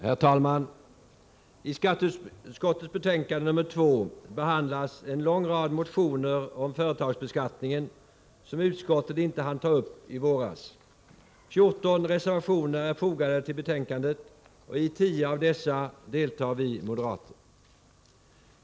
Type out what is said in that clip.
Herr talman! I skatteutskottets betänkande nr 2 behandlas en lång rad motioner om företagsbeskattningen som utskottet inte hann ta uppi våras. 14 reservationer är fogade till betänkandet, och i 10 av dessa deltar vi moderater.